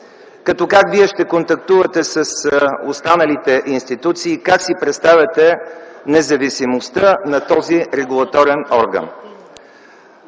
Като как Вие ще контактувате с останалите институции? Как си представяте независимостта на този регулаторен орган?